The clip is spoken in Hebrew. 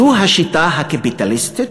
זו השיטה הקפיטליסטית,